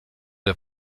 der